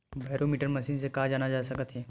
Barometer machine से का जाना जा सकत हे?